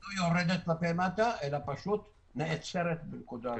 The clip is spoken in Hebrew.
לא יורדת כלפי מטה, אלא נעצרת בנקודה זו.